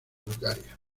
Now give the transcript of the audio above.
bulgaria